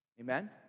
Amen